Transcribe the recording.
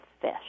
fish